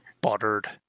buttered